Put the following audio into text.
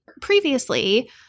previously